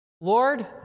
Lord